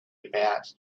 about